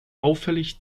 auffällig